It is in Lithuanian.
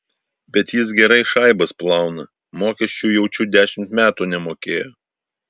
bet jis gerai šaibas plauna mokesčių jaučiu dešimt metų nemokėjo